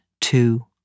two